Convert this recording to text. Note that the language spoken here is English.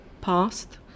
past